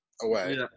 away